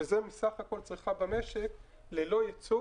וזה סך כל הצריכה במשק ללא ייצוא